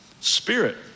Spirit